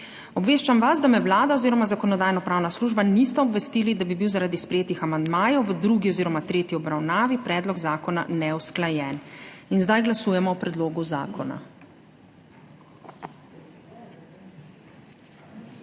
Obveščam vas, da me Vlada oziroma Zakonodajno-pravna služba nista obvestili, da bi bil zaradi sprejetih amandmajev v drugi oziroma tretji obravnavi, predlog zakona neusklajen. In zdaj glasujemo o predlogu zakona.